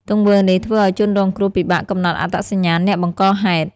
ទង្វើនេះធ្វើឲ្យជនរងគ្រោះពិបាកកំណត់អត្តសញ្ញាណអ្នកបង្កហេតុ។